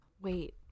Wait